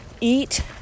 eat